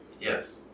Yes